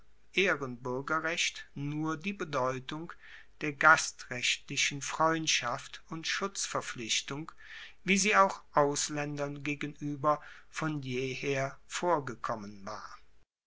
ehrenbuergerrecht nur die bedeutung der gastrechtlichen freundschaft und schutzverpflichtung wie sie auch auslaendern gegenueber von jeher vorgekommen war